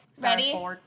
Ready